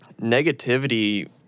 negativity